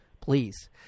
please